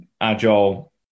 agile